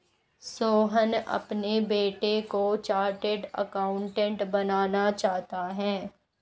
सोहन अपने बेटे को चार्टेट अकाउंटेंट बनाना चाहता है